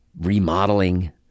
remodeling